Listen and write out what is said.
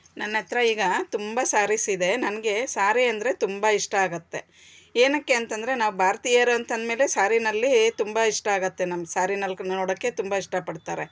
ನನ್ನತ್ರ ಈಗ ತುಂಬ ಸಾರೀಸಿದೆ ನನಗೆ ಸಾರಿ ಅಂದರೆಷ ತುಂಬ ಇಷ್ಟ ಆಗುತ್ತೆ ಏತಕ್ಕೆ ಅಂತಂದ್ರೆ ನಾವು ಭಾರತೀಯರು ಅಂತಂದ್ಮೇಲೆ ಸಾರಿಯಲ್ಲಿ ತುಂಬ ಇಷ್ಟ ಆಗುತ್ತೆ ನಮ್ಮ ಸಾರಿನಲ್ಲಿ ನೋಡೋಕೆ ತುಂಬ ಇಷ್ಟಪಡ್ತಾರೆ